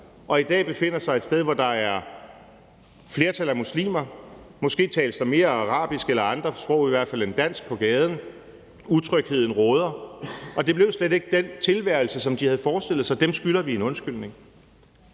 og i dag befinder de sig et sted, hvor der er flertal af muslimer, og der tales måske mere arabisk eller andre sprog i hvert fald end dansk på gaden, utrygheden råder, og det blev slet ikke den tilværelse, som de havde forestillet sig. Dem skylder vi en undskyldning.